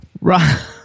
Right